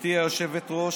גברתי היושבת-ראש,